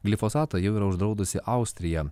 glifosatą jau yra uždraudusi austrija